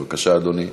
בבקשה, אדוני,